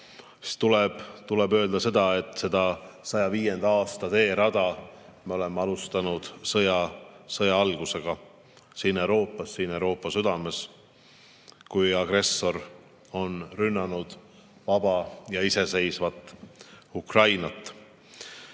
tuleb öelda, et seda 105. aasta teerada me oleme alustanud sõja algusega Euroopas, siin Euroopa südames, kui agressor on rünnanud vaba ja iseseisvat Ukrainat.